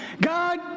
God